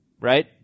right